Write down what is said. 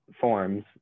forms